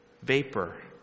vapor